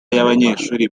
y’abanyeshuri